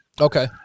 Okay